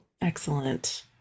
excellent